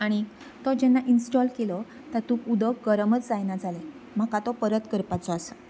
आनी तो जेन्ना इंस्टॉल केलो तातूंत उदक गरमच जायना जालें म्हाका तो परत करपाचो आसा